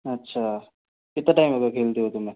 अच्छा कितना टाइम हो गया खेलते हुए तुम्हें